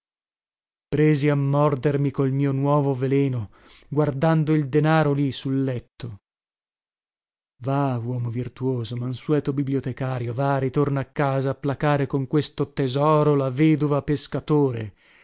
presi a mordermi col mio nuovo veleno guardando il denaro lì sul letto va uomo virtuoso mansueto bibliotecario va ritorna a casa a placare con questo tesoro la vedova pescatore